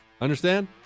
Understand